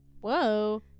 whoa